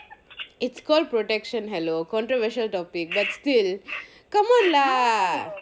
it's called prediction hello controversial topic but still come on lah